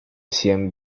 cien